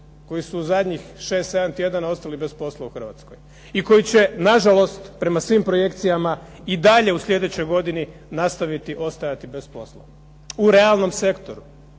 koji su u zadnjih 6, 7 tjedana ostali bez posla u Hrvatskoj, i koji će na žalost prema svim projekcijama i dalje u slijedećoj godini nastaviti ostajati bez posla, u realnom sektoru,